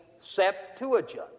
Septuagint